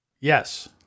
Yes